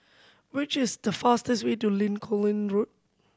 which is the fastest way to Lincoln Ling Road